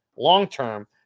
Long-term